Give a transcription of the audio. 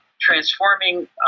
transforming